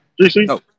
Gc